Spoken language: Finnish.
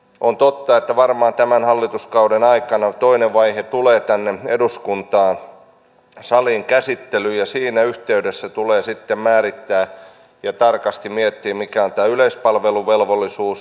on totta että varmaan tämän hallituskauden aikana tulee toinen vaihe tänne eduskuntasaliin käsittelyyn ja siinä yhteydessä tulee sitten määrittää ja tarkasti miettiä mikä on tämä yleispalveluvelvollisuus